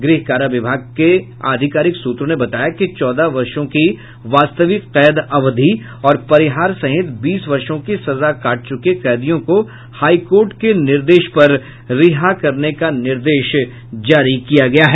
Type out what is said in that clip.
गृह कारा विभाग के अधिकारिक सूत्रों ने बताया कि चौदह वर्षों का वास्तविक कैद अवधि और परिहार सहित बीस वर्षों की सजा काट चूके कैदियों को हाई कोर्ट के निर्देश पर रिहा करने का निर्देश जारी किया गया है